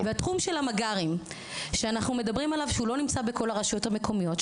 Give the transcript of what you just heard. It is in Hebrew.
תחום המג״רים, לא נמצא בכל הרשויות המקומיות.